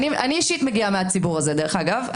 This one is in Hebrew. אני אישית מגיעה מהציבור הזה דרך אגב.